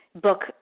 book